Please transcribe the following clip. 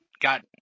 got